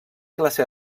classe